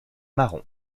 marron